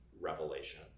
revelation